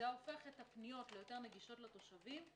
זה היה הופך את הפניות ליותר נגישות לתושבים,